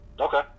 Okay